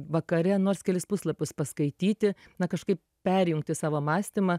vakare nors kelis puslapius paskaityti na kažkaip perjungti savo mąstymą